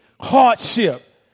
hardship